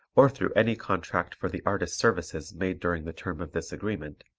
or through any contract for the artist's services made during the term of this agreement,